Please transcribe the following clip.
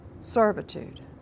servitude